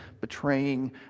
betraying